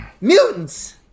Mutants